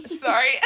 sorry